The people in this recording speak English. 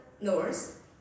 north